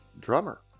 drummer